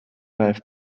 live